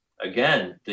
again